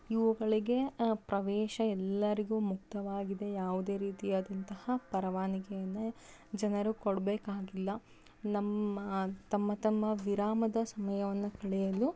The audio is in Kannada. ಇವುಗಳಿಗೆ ಪ್ರವೇಶ ಎಲ್ಲರಿಗೂ ಮುಕ್ತವಾಗಿದೆ ಯಾವುದೇ ರೀತಿಯಾದಂತಹ ಪರವಾನಿಗೆಯಿಂದೆ ಜನರು ಕೊಡಬೇಕಾಗಿಲ್ಲ ನಮ್ಮ ತಮ್ಮ ತಮ್ಮ ವಿರಾಮದ ಸಮಯವನ್ನು ಕಳೆಯಲು